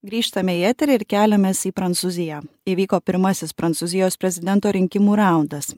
grįžtame į eterį ir keliamės į prancūziją įvyko pirmasis prancūzijos prezidento rinkimų raundas